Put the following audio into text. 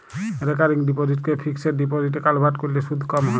recurring ডিপসিটকে fixed ডিপসিটে convert ক্যরলে সুদ ক্যম হ্যয়